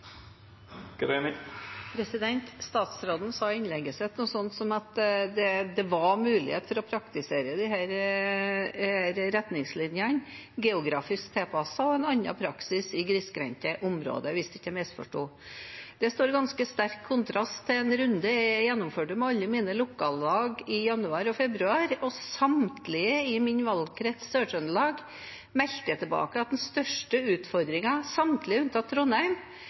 Statsråden sa noe sånt i innlegget sitt som at det var mulighet for å praktisere disse retningslinjene geografisk tilpasset og å ha en annen praksis i grisgrendte områder, hvis jeg ikke misforsto. Det står i ganske sterk kontrast til en runde jeg gjennomførte med alle mine lokallag i januar og februar. Samtlige unntatt Trondheim i min valgkrets, Sør-Trøndelag, meldte tilbake at den største